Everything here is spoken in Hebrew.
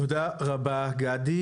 תודה רבה גדי,